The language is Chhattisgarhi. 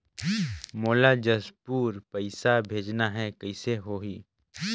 मोला जशपुर पइसा भेजना हैं, कइसे होही?